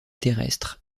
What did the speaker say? terrestre